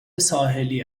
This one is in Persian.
ساحلی